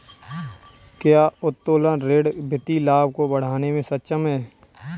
क्या उत्तोलन ऋण वित्तीय लाभ को बढ़ाने में सक्षम है?